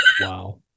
wow